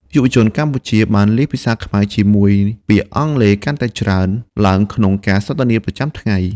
យុវជនកម្ពុជាបានលាយភាសាខ្មែរជាមួយពាក្យអង់គ្លេសកាន់តែច្រើនឡើងក្នុងការសន្ទនាប្រចាំថ្ងៃ។